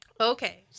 Okay